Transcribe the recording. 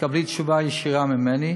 תקבלי תשובה ישירה ממני.